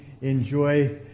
enjoy